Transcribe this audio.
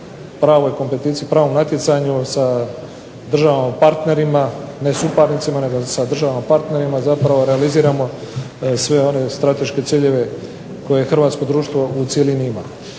pravoj kompeticiji, pravom natjecanju sa državama partnerima, ne suparnicima nego sa državama partnerima zapravo realiziramo sve one strateške ciljeve koje hrvatsko društvo u cjelini ima.